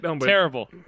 Terrible